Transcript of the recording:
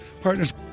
Partners